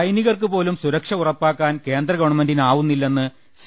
സൈനികർക്ക് പോലും സുരക്ഷ ഉറപ്പാക്കാൻ കേന്ദ്രഗ വൺമെന്റിനാവുന്നില്ലെന്ന് സി